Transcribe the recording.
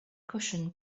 cushion